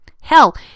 Hell